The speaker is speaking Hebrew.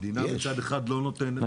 המדינה מצד אחד לא נותנת --- יש.